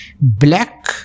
black